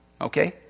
Okay